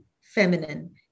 feminine